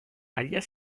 alias